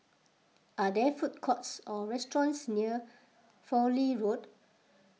are there food courts or restaurants near Fowlie Road